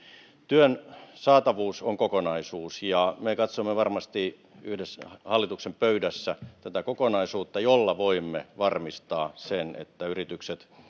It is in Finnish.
työn saatavuus on kokonaisuus ja me katsomme varmasti yhdessä hallituksen pöydässä tätä kokonaisuutta jolla voimme varmistaa sen että yritykset